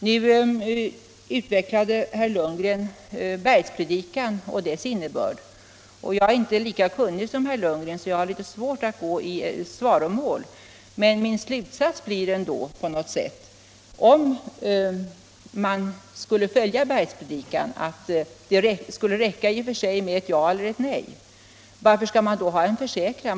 Nu utvecklade herr Lundgren Bergspredikan och dess innebörd, och jag är inte lika kunnig som herr Lundgren så jag har litet svårt att gå i svaromål, men min slutsats blir ändå: Om man skulle följa Bergspredikan, dvs. att det skulle räcka i och för sig med ett ja eller ett nej, varför skall man då ha en försäkran?